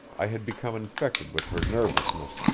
i had become infected with her nervousness,